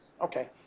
okay